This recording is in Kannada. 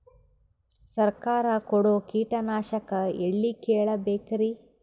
ಸರಕಾರ ಕೊಡೋ ಕೀಟನಾಶಕ ಎಳ್ಳಿ ಕೇಳ ಬೇಕರಿ?